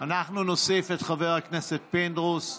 אנחנו נוסיף את חבר הכנסת פינדרוס.